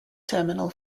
terminal